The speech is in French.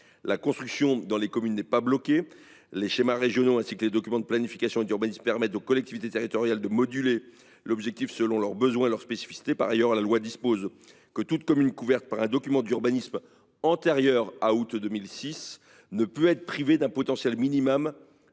La construction dans les communes n’est pas bloquée. Les schémas régionaux, ainsi que les documents de planification et d’urbanisme, permettent aux collectivités territoriales de moduler l’objectif selon leurs besoins et leurs spécificités. Par ailleurs, la loi prévoit que toute commune couverte par un document d’urbanisme antérieur à août 2026 ne peut être privée d’un potentiel minimum